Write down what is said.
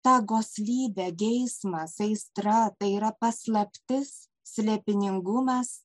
ta goslybė geismas aistra tai yra paslaptis slėpiningumas